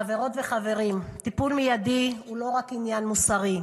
חברות וחברים, טיפול מיידי הוא לא רק עניין מוסרי,